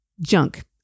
junk